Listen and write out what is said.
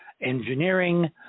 engineering